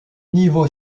niveau